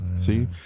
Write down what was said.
See